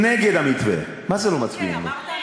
רבותי,